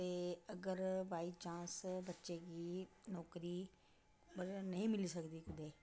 ते अगर बाईचांस बच्चे गी नौकरी मतलब नेईं मिली सकदी कुतै